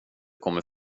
kommer